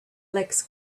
legs